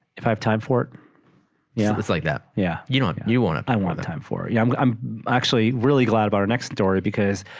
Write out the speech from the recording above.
if i have time for it yeah it's like that yeah you know know you want it i want the time for yeah i'm like i'm actually really glad about our next story because